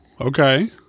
okay